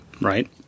Right